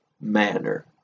manner